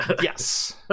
Yes